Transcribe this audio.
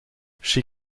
she